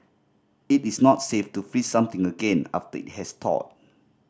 it is not safe to freeze something again after it has thawed